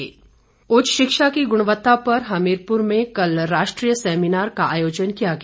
seminar उच्च शिक्षा की गुणवत्ता पर हमीरपुर में कल राष्ट्रीय सेमिनार का आयोजन किया गया